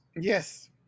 Yes